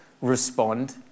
respond